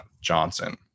Johnson